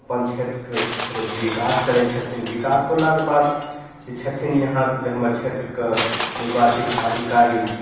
अपन क्षेत्रके फेर विकास करै छथिन विकास होलाके बाद जे छथिन यहाँके जे हमर क्षेत्रके निर्वाचित अधिकारी